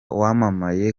wamamaye